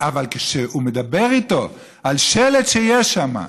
אבל כשהוא מדבר איתו על שלט שיש שם,